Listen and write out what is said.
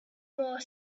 more